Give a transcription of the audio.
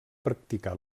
practicar